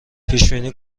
پیشبینی